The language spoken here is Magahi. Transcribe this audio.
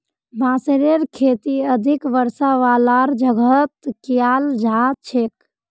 बांसेर खेती अधिक वर्षा वालार जगहत कियाल जा छेक